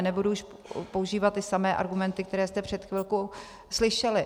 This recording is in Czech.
Nebudu už používat ty samé argumenty, které jste před chvilkou slyšeli.